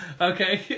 Okay